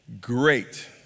great